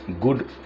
good